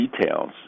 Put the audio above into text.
details